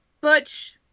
butch